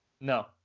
No